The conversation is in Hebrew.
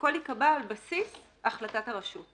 שהכול ייקבע על בסיס החלטת הרשות.